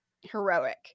heroic